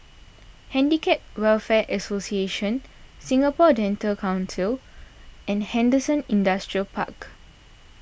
Handicap Welfare Association Singapore Dental Council and Henderson Industrial Park